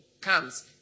comes